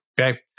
Okay